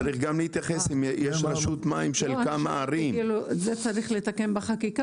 זה צריך לתקן בחקיקה?